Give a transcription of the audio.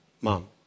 mom